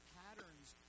patterns